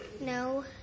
No